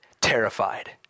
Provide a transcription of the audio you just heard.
terrified